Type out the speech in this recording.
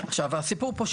הסיפור פה,